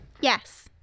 Yes